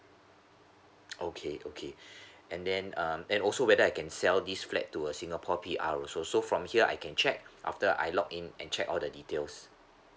okay okay and then um and also whether I can sell this flat to a singpore P_R also so from here I can check after I log in and check all the details